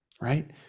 right